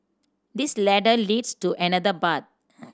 this ladder leads to another path